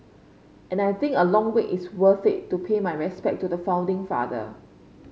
and I think a long wait is worth it to pay my respect to the founding father